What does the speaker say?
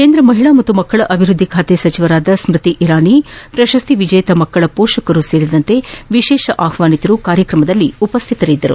ಕೇಂದ್ರ ಮಹಿಳಾ ಮತ್ತು ಮಕ್ಕಳ ಅಭಿವೃದ್ದಿ ಸಚಿವೆ ಸೃತಿ ಇರಾನಿ ಪ್ರಶಸ್ತಿ ವಿಜೇತ ಮಕ್ಕಳ ಪೋಷಕರು ಸೇರಿದಂತೆ ವಿಶೇಷ ಆಹ್ವಾನಿತರು ಕಾರ್ಯಕ್ರಮದಲ್ಲಿ ಉಪಸ್ಥಿತರಿದ್ದರು